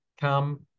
come